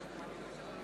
יעקב אדרי